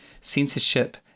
censorship